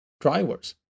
drivers